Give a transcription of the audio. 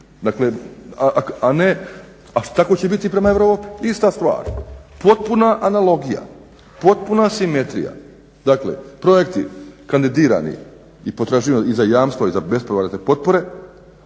a ne a tako će biti i prema Europi ista stvar. Potpuna analogija, potpuna simetrija. Dakle projekti kandidirani i potraživani i za jamstvo i za bespovratne potpore